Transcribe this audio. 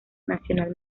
nacional